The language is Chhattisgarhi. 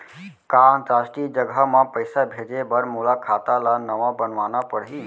का अंतरराष्ट्रीय जगह म पइसा भेजे बर मोला खाता ल नवा बनवाना पड़ही?